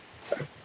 Sorry